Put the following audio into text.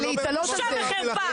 בושה וחרפה.